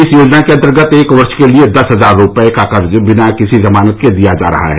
इस योजना के अंतर्गत एक वर्ष के लिए दस हजार रूपये का कर्ज बिना किसी जमानत के दिया जा रहा है